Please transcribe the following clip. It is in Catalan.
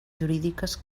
jurídiques